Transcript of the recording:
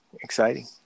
exciting